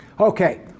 Okay